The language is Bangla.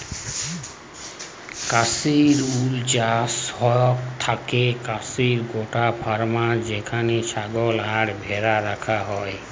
কাশ্মির উল চাস হৌক থাকেক কাশ্মির গোট ফার্মে যেখানে ছাগল আর ভ্যাড়া রাখা হয়